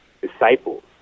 disciples